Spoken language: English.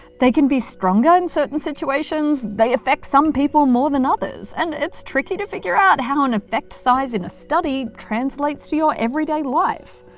they can be stronger in certain situations, they affect some people more than others and it's tricky to figure out how the and effect size in a study translates to your everyday life.